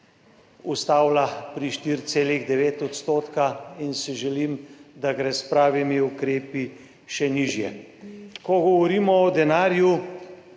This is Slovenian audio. ustavila pri 4,9 %, in si želim, da gre s pravimi ukrepi še nižje. Ko govorimo o denarju,